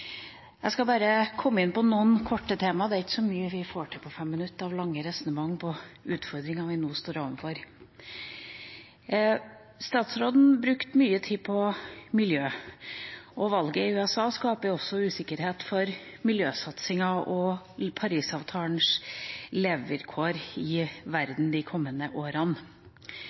Jeg skal bare komme kort inn på noen tema – det er ikke så mye en får til på fem minutter av lange resonnement om de utfordringene vi nå står overfor. Statsråden brukte mye tid på miljø. Valget i USA skaper også usikkerhet for miljøsatsingen og Paris-avtalens levevilkår i verden de kommende årene.